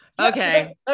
Okay